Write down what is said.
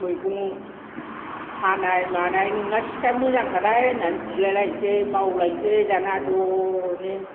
मैगं हानाय मानाय नोंना सिखाया मोजांथारहाय होननानै बिलायलायनोसै मावलायनोसै दाना ज' नो